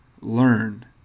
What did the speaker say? Learn